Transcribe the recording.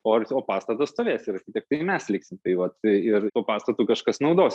poilsio o pastatas stovės ir tiktai mes liksim tai vat ir pastatu kažkas naudosis